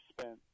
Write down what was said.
spent